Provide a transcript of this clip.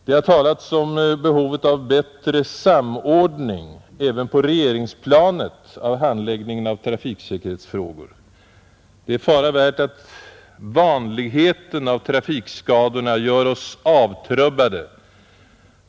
Det har talats om behovet av bättre samordning även på regeringsplanet av handläggningen av trafiksäkerhetsfrågor. Det är fara värt att vanligheten av trafikskadorna gör oss avtrubbade.